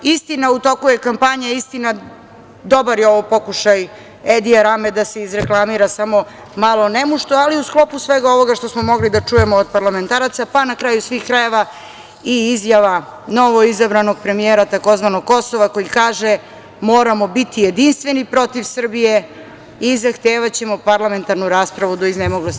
Istina, dobar je ovo pokušaj Edija Rame da se izreklamira, samo malo nemušto, ali u sklopu svega ovoga što smo mogli da čujemo od parlamentaraca, pa, na kraju svih krajeva, i izjava novoizabranog premijera tzv. Kosova koji kaže - moramo biti jedinstveni protiv Srbije i zahtevaćemo parlamentarnu raspravu do iznemoglosti.